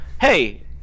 hey